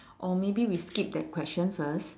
or maybe we skip that question first